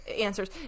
answers